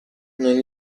non